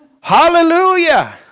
Hallelujah